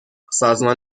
سازمان